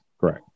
correct